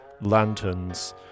lanterns